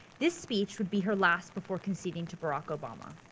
this speech would be her last before conceding to barack obama.